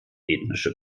ethnische